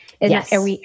Yes